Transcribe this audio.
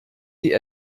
die